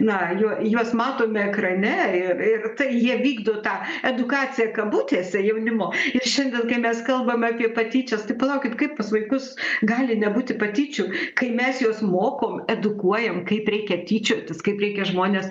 na juo juos matom ekrane ir ir tai jie vykdo tą edukaciją kabutėse jaunimo ir šiandien mes kalbam apie patyčias tai palaukit kaip pas vaikus gali nebūti patyčių kai mes juos mokom edukuojam kaip reikia tyčiotis kaip reikia žmones